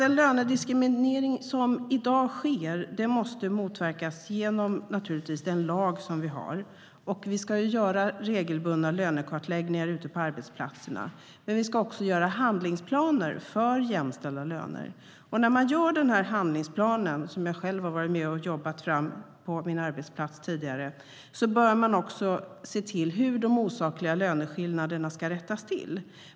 Den lönediskriminering som i dag sker måste motverkas - naturligtvis med hjälp av den lag som finns. Regelbundna lönekartläggningar ska göras ute på arbetsplatserna, men det ska också göras handlingsplaner för jämställda löner. När handlingsplanen görs, som jag tidigare själv har varit med om att jobba fram på min arbetsplats, bör det också framgå hur de osakliga löneskillnaderna ska rättas till.